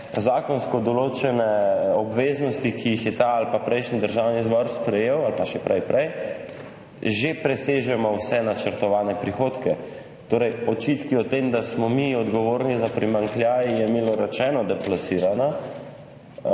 zakonsko določene obveznosti, ki jih je ta ali pa prejšnji Državni zbor sprejel ali pa še predprejšnji, že presežemo vse načrtovane prihodke. Torej očitki o tem, da smo mi odgovorni za primanjkljaj, so, milo rečeno, deplasirani